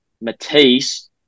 Matisse